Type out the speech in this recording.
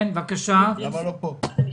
מה שמך?